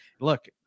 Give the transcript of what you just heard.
look